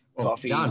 coffee